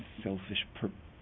selfish